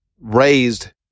raised